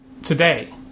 today